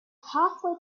halfway